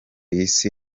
isi